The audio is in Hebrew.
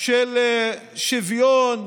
של שוויון,